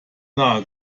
nahe